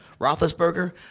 Roethlisberger